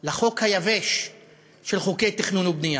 לחוק היבש של חוקי תכנון ובנייה.